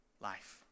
life